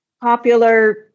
popular